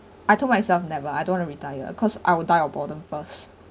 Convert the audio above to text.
I told myself never I don't want to retire cause I will die of boredom first